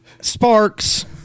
Sparks